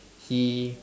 he